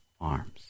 arms